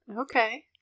Okay